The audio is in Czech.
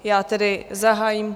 Já tedy zahájím...